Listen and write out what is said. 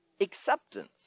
acceptance